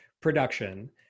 production